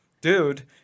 dude